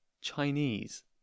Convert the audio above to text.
Chinese